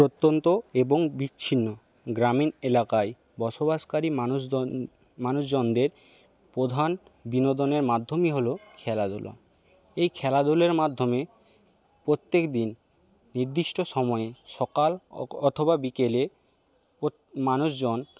প্রত্যন্ত এবং বিচ্ছিন্ন গ্রামীণ এলাকায় বসবাসকারী মানুষজনদের প্রধান বিনোদনের মাধ্যমই হল খেলাধুলো এই খেলাধুলোর মাধ্যমে প্রত্যেকদিন নিদ্দিষ্ট সময়ে সকাল অথবা বিকেলে মানুষজন